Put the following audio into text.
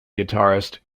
guitarist